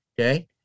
Okay